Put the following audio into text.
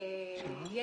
היא